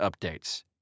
updates